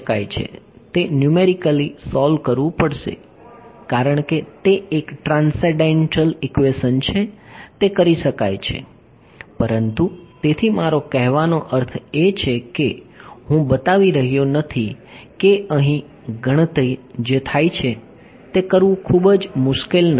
તેથી આ કરી શકાય છે તે ન્યૂમેરિકલી સોલ્વ કરવું પડશે કારણ કે તે એક ટ્રાન્સેંડેંટલ ઈક્વેશન છે તે કરી શકાય છે પરંતુ તેથી મારો કહેવાનો અર્થ એ છે કે હું બતાવી રહ્યો નથી કે અહીં ગણતરી જે થાય છે તે કરવું ખૂબ મુશ્કેલ નથી